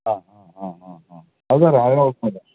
ആ ആ ആ അത് തരാം അത് കുഴപ്പമൊന്നും ഇല്ല